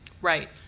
Right